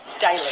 daily